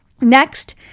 Next